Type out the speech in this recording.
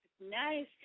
Nice